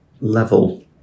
level